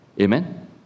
Amen